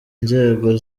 inzego